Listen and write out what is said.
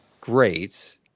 great